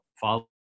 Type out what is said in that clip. follow